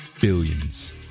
billions